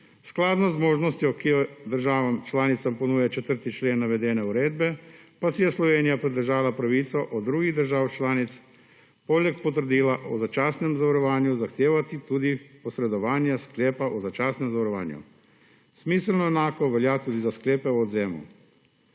Skladno z možnostjo, ki jo državam članicam ponuja 4. člen navedene uredbe, pa si je Slovenija pridržala pravico od drugih držav članic, poleg potrdila o začasnem zavarovanju, zahtevati tudi posredovanje sklepa o začasnem zavarovanju. Smiselno enako velja tudi za sklepe o odvzemu.